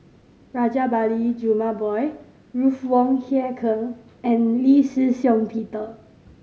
Rajabali Jumabhoy Ruth Wong Hie King and Lee Shih Shiong Peter